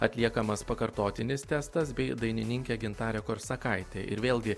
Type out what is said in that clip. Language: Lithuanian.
atliekamas pakartotinis testas bei dainininkė gintarė korsakaitė ir vėlgi